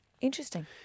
Interesting